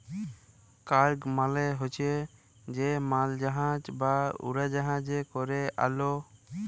cargo মালে হছে যে মালজাহাজ বা উড়জাহাজে ক্যরে আলে